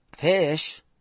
fish